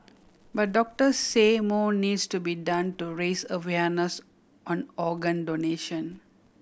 but doctor say more needs to be done to raise awareness on organ donation